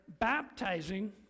baptizing